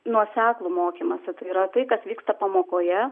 nuoseklų mokymąsi tai yra tai kas vyksta pamokoje